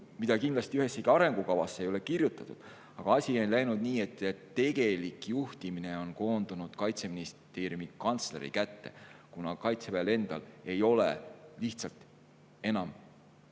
mida kindlasti ühessegi arengukavasse ei ole kirjutatud. Asi on läinud nii, et tegelik juhtimine on koondunud Kaitseministeeriumi kantsleri kätte, kuna Kaitseväel endal ei ole lihtsalt enam osa